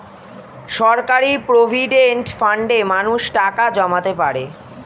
সরকারি প্রভিডেন্ট ফান্ডে মানুষ টাকা জমাতে পারে